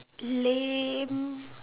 lame